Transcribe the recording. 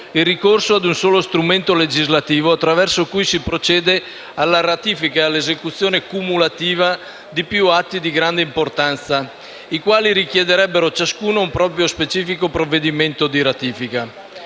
il ricorso ad un solo strumento legislativo attraverso cui si procede alla ratifica e all'esecuzione cumulativa di più atti di grande importanza, i quali richiederebbero ciascuno un proprio specifico provvedimento di ratifica.